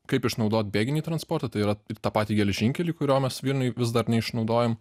kaip išnaudot bėginį transportą tai yra ir tą patį geležinkelį kurio mes vilniuj vis dar neišnaudojam